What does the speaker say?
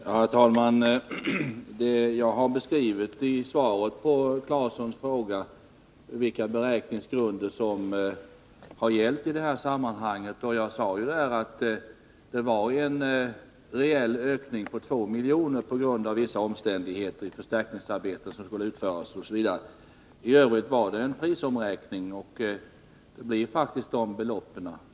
Herr talman! Jag har i svaret på Tore Claesons fråga beskrivit vilka beräkningsgrunder som har gällt i detta sammanhang. Jag sade där att det var en reell kostnadsökning på 2 milj.kr. på grund av vissa omständigheter i fråga om förstärkningsarbete som skulle utföras osv. I övrigt har det gjorts en prisomräkning, och därmed får man faktiskt dessa belopp.